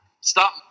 stop